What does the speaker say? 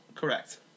Correct